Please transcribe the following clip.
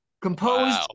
composed